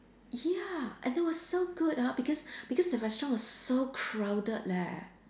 ya and it was so good ah because because the restaurant was so crowded leh